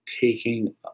taking